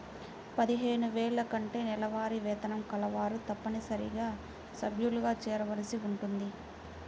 పదిహేను వేల కంటే నెలవారీ వేతనం కలవారు తప్పనిసరిగా సభ్యులుగా చేరవలసి ఉంటుంది